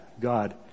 God